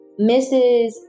Mrs